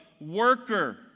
worker